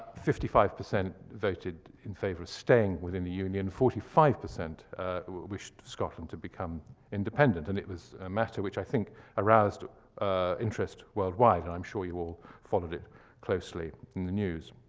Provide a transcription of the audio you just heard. fifty-five percent voted in favor of staying within the union. forty-five percent wished scotland to become independent. and it was a matter which i think aroused interest worldwide, and i'm sure you all followed it closely in the news.